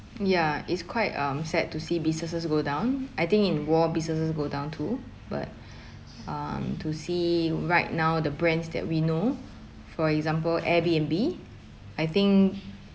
ya it's quite um sad to see businesses go down I think in war businesses go down too but um to see right now the brands that we know for example AirBnB I think